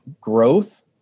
growth